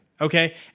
Okay